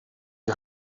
die